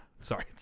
Sorry